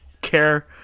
care